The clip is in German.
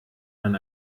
man